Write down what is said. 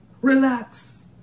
Relax